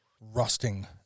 rusting